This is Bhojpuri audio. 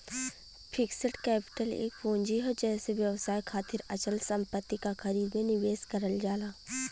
फिक्स्ड कैपिटल एक पूंजी हौ जेसे व्यवसाय खातिर अचल संपत्ति क खरीद में निवेश करल जाला